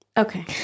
okay